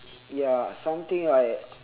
ya something like